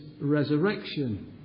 resurrection